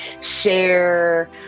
share